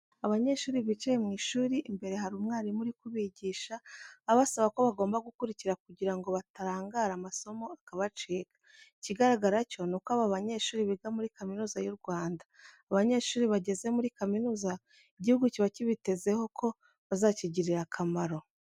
Abanyeshuri bicaye mu ishuri imbere hari umwarimu uri kubigisha, abasaba ko bagomba gukurikira kugira ngo batarangara amasomo akabacika. Ikigaragara cyo ni uko aba banyeshuri biga muri kaminuza y'u Rwanda, abanyeshuri bageze muri kaminuza igihugu kiba kibitezeho ko bazakigirira akamaro.